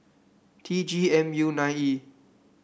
T G M U nine E